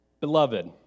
Beloved